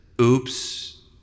oops